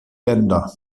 länder